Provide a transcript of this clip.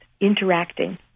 interacting